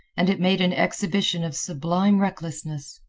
and it made an exhibition of sublime recklessness.